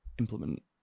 implement